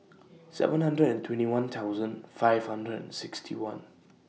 seven hundred and twenty one thousand five hundred and sixty one